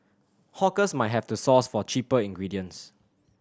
hawkers might have to source for cheaper ingredients